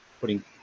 putting